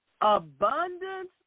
abundance